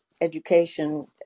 education